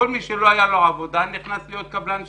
כל מי שלא הייתה לו עבודה נכנס להיות קבלן שיפוצים.